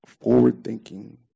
forward-thinking